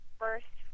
first